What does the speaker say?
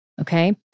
okay